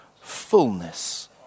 fullness